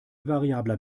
variabler